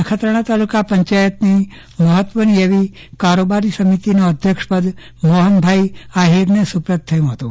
નખત્રાણા તાલુકા પંચાયતની મહત્વની કારોબારી સમીતીનું અઘ્યક્ષપદે મોહનભાઈ આહિરને સપ્રત થયું હતું